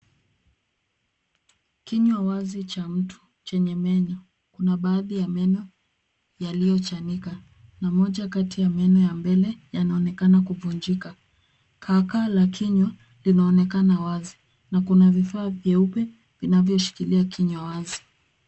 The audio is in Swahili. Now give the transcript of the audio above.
Kinywa wazi cha mtu chenye meno na kuna baadhi ya meno yaliyochanika na moja kati ya meno ya mbele yanaonekana kuvunjika. Kaakaa la kinywa linaonekana wazi na kuna vifaa vyeupe vinavyoshikilia kinywa wazi.